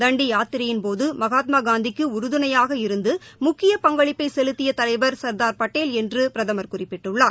தண்டி யாத்திரையின் போது மகாத்மா காந்திக்கு உறுதுணையாக இருந்து முக்கிய பங்களிப்பை செலுத்திய தலைவர் சர்தார் படேல் என்று பிரதமர் குறிப்பிட்டுள்ளார்